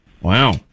Wow